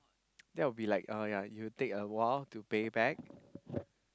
that would like uh ya you'll take a while to pay back